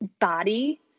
body